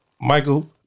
Michael